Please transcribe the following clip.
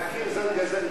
מחכים זנגה-זנגה.